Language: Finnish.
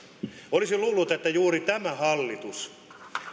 olisi luullut että juuri tämä hallitus